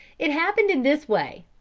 it happened in this way,